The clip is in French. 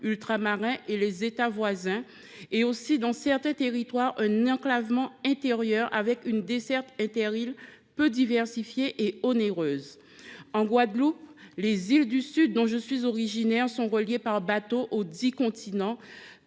ultramarins et les États voisins, non plus que, dans certains territoires, l’enclavement intérieur, en raison d’une desserte interîles peu diversifiée et onéreuse. En Guadeloupe, les îles du Sud, dont je suis originaire, sont reliées par bateau audit continent,